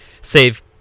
save